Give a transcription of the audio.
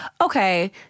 okay